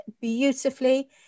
beautifully